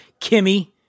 Kimmy